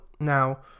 Now